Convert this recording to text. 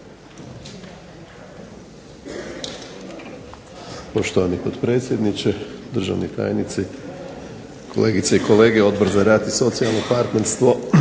Poštovani potpredsjedniče, državni tajnici, kolegice i kolege. odbor za rad i socijalno partnerstvo